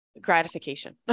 gratification